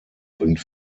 bringt